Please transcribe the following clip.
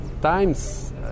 times